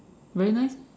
very nice meh